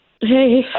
Hey